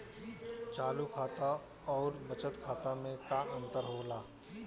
चालू खाता अउर बचत खाता मे का अंतर होला?